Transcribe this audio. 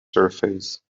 surface